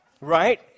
Right